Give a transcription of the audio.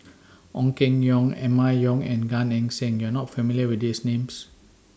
Ong Keng Yong Emma Yong and Gan Eng Seng YOU Are not familiar with These Names